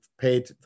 paid